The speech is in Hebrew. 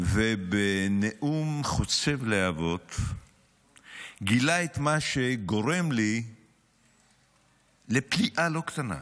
ובנאום חוצב להבות גילה את מה שגורם לי לפליאה לא קטנה.